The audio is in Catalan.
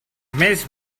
més